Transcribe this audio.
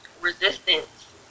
resistance